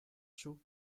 chaud